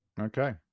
Okay